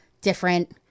different